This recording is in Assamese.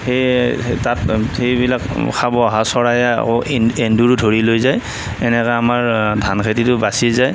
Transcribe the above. সেই সেই তাত সেইবিলাক খাব অহা চৰাইয়ে আকৌ এন্দুৰো ধৰি লৈ যায় এনেকৈ আমাৰ ধান খেতিতো বাছি যায়